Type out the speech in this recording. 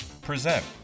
present